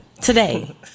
today